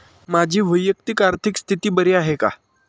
माझी वैयक्तिक आर्थिक स्थिती बरी आहे का?